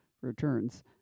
returns